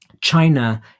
China